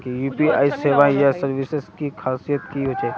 UPI सेवाएँ या services की खासियत की होचे?